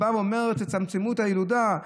בא ואומר: תצמצמו את הילודה.